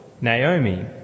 Naomi